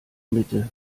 mitte